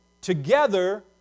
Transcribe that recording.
together